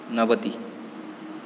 नवतिः